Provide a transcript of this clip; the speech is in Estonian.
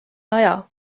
aja